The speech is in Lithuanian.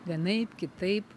vienaip kitaip